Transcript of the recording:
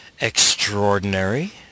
extraordinary